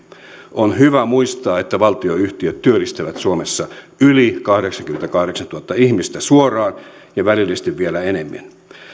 on hyvä muistaa että valtionyhtiöt työllistävät suomessa yli kahdeksankymmentäkahdeksantuhatta ihmistä suoraan ja välillisesti vielä enemmän